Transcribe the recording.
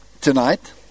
tonight